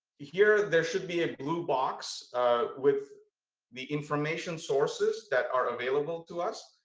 here there should be a blue box with the information sources that are available to us.